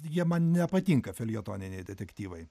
nes jie man nepatinka feljetoniniai detektyvai